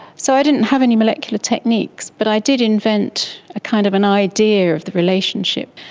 so i didn't have any molecular techniques but i did invent a kind of an idea of the relationship.